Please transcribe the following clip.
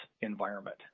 environment